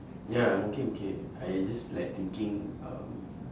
ya I'm okay okay I just like thinking um